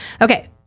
Okay